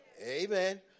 amen